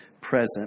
present